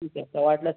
ठीक आहे काय वाटल्यास